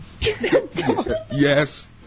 Yes